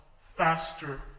faster